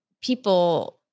people